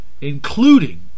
including